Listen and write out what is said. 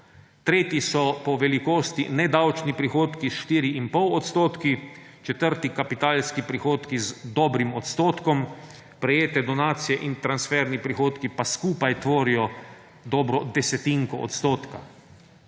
tretji so po velikosti nedavčni prihodki s 4,5 odstotka, četrti kapitalski prihodki z dobrim odstotkom, prejete donacije in transferni prihodki pa skupaj tvorijo dobro desetinko odstotka.